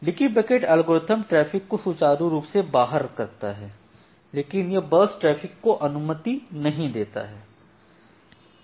leaky bucket algorithm traffic को सुचारू रूप से बाहर करता है लेकिन यह बर्स्ट ट्रैफिक को अनुमति नहीं देता है